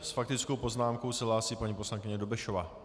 S faktickou poznámkou se hlásí paní poslankyně Dobešová.